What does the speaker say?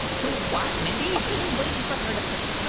to what, mindy? ok. they waited for her to poop.